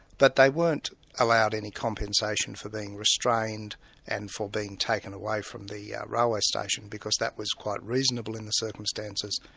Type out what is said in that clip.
but they weren't allowed any compensation for being restrained and for being taken away from the railway station, because that was quite reasonable in the circumstances,